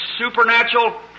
supernatural